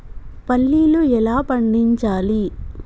పల్లీలు ఎలా పండించాలి?